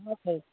हाँ हाँ